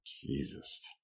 Jesus